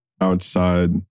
outside